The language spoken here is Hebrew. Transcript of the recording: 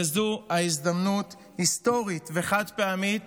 וזו הזדמנות היסטורית וחד-פעמית